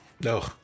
No